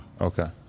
Okay